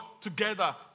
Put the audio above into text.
together